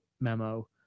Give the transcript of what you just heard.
Memo